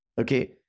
Okay